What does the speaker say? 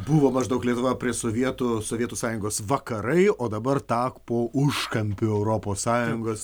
buvo maždaug lietuva prie sovietų sovietų sąjungos vakarai o dabar tapo užkampiu europos sąjungos